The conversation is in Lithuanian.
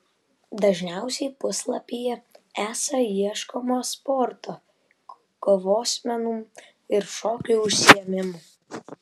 dažniausiai puslapyje esą ieškoma sporto kovos menų ir šokių užsiėmimų